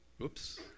Oops